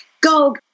go